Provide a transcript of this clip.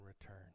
return